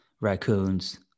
raccoons